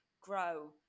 grow